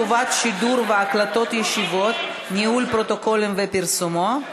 חובת שידור ישיבות והקלטתן וניהול פרוטוקול ופרסומו),